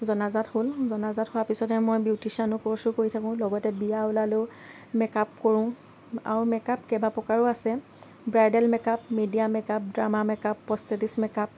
জনাজাত হ'ল জনাজাত হোৱা পিছতে মই বিউটিছিয়ানৰ কোৰ্চও কৰি থাকো লগতে বিয়া ওলালেও মেকআপ কৰোঁ আৰু মেকআপ কেইবা প্ৰকাৰৰো আছে bridal makeup media makeup drama makeup prosthetic makeup